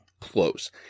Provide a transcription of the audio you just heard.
close